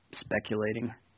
speculating